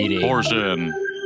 Portion